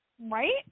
right